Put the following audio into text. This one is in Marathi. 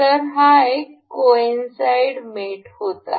तर हा एक कोइनसाईड मेट होता